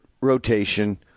rotation